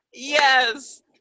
Yes